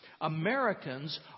Americans